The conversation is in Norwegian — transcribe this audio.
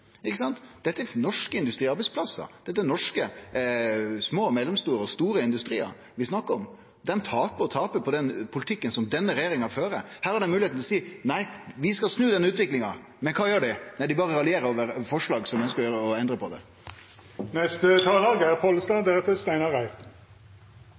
Dette er norske industriarbeidsplassar, det er norske små og mellomstore og store industriar vi snakkar om. Dei taper og taper på den politikken som denne regjeringa fører. Her er det moglegheit til å seie: Nei, vi skal snu den utviklinga. Men kva gjer dei? Nei, dei berre raljerer over forslag og endrar på det. Berre eit svar til representanten Reiten: Senterpartiet og eg er